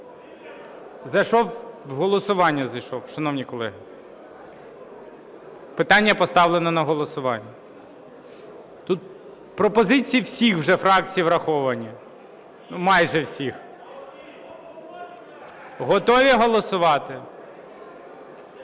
В голосування зайшов, шановні колеги. Питання поставлено на голосування. Пропозиції всіх вже фракцій враховані, майже всіх. Готові голосувати?